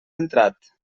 entrat